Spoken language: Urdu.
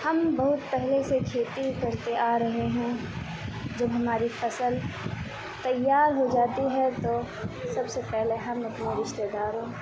ہم بہت پہلے سے کھیتی کرتے آ رہے ہیں جب ہماری فصل تیار ہو جاتی ہے تو سب سے پہلے ہم اپنے رشتے داروں